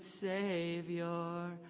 Savior